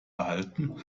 erhalten